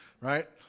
Right